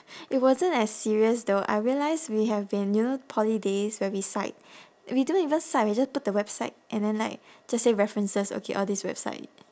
it wasn't as serious though I realise we have been you know poly days where we cite we don't even cite we just put the website and then like just say references okay all these website